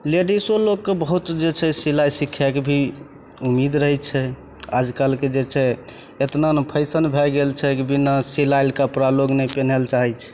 लेडिजो लोकके बहुत जे छै सिलाइ सिखैके भी उम्मीद रहै छै आजकलके जे छै एतना ने फैशन भै गेल छै कि बिना सिलाएल कपड़ा लोक नहि पिन्हैले चाहै छै